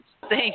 Thanks